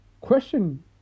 Question